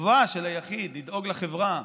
החובה של היחיד לדאוג לחברה,